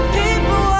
people